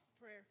Prayer